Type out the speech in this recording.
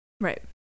Right